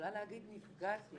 יכולה להגיד נפגעתי